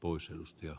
osuustyö